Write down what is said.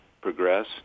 progress